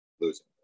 losing